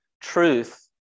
truth